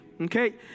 Okay